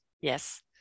Yes